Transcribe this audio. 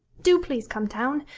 do please come down.